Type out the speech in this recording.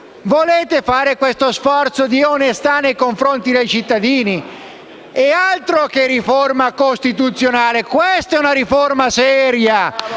Volete fare questo sforzo di onestà nei confronti dei cittadini? Altro che riforma costituzionale, questa è una riforma seria,